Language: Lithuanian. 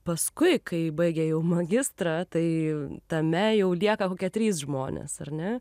paskui kai baigia jau magistrą tai tame jau lieka kokie trys žmonės ar ne